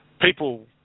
people